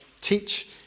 teach